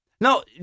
No